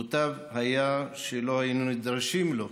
מוטב היה שלא היינו נדרשים לו.